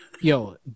Yo